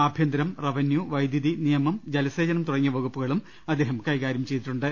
ആഭ്യന്തരം revenue വൈദ്യുതി നിയമം ജലസേചനം തുടങ്ങിയ വകുപ്പുകളും അദ്ദേഹം കൈകാര്യം ചെയ്തിട്ടുണ്ട്